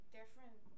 different